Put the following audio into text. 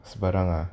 sembarang ah